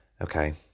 okay